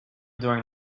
during